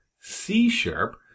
C-sharp